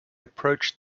approached